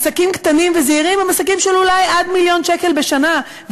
עסקים קטנים וזעירים הם עסקים אולי עד מיליון שקל בשנה,